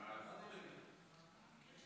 ההצעה להעביר לוועדה את הצעת חוק